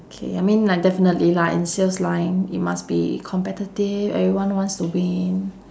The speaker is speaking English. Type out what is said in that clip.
okay I mean like definitely lah in sales line you must be competitive everyone wants to win